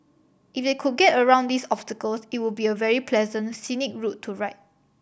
if they could get around these obstacles it would be a very pleasant scenic route to ride